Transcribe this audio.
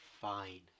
fine